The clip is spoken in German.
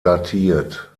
datiert